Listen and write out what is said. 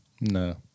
No